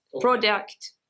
Product